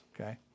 okay